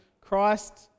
Christ